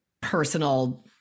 personal